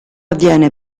avviene